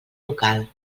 local